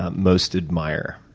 um most admire?